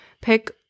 pick